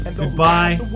goodbye